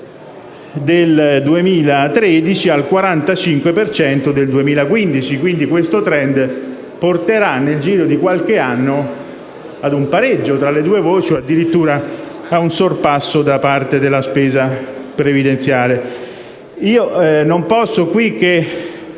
del 2013 al 45 per cento del 2015. Questo *trend* porterà, nel giro di qualche anno, ad un pareggio tra le due voci o addirittura ad un sorpasso da parte della spesa previdenziale. Osservando